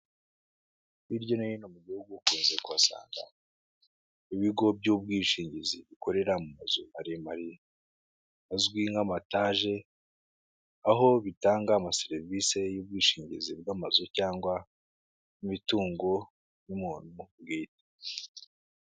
Hirya no hino mu gihugu ukunze kusanga ibigo by'ubwishingizi bikorera mu mazu maremare, azwi nk'amataje, aho bitanga amaserivisi y'ubwishingizi bw'amazu, cyangwa n'imitungo y'umuntu bwite.